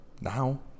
now